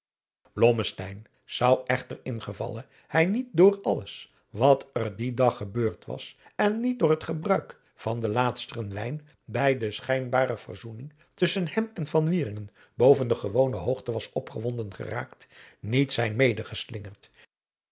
zou echter in gevalle hij niet door alles wat er dien dag gebeurd was en niet door het gebruik van den laatstren wijn bij de schijnbare verzoening tusschen hem en van wieringen boven de gewone hoogte was opgewonden geraakt niet zijn